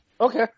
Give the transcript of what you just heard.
Okay